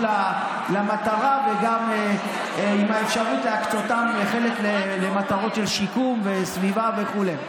למטרה וגם עם האפשרות להקצות את חלקם למטרות של שיקום וסביבה וכו'.